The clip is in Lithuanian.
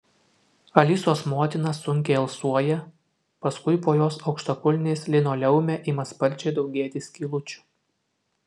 alisos motina sunkiai alsuoja paskui po jos aukštakulniais linoleume ima sparčiai daugėti skylučių